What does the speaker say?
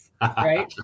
right